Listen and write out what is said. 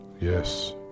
Yes